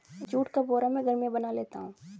जुट का बोरा मैं घर में बना लेता हूं